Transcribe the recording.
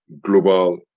global